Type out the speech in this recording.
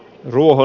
ruoho